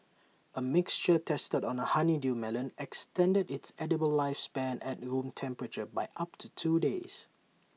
A mixture tested on A honeydew melon extended its edible lifespan at room temperature by up to two days